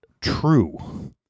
true